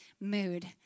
mood